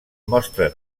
mostren